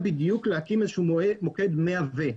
הרעיון היה בדיוק להקים איזשהו מוקד 100 ו-.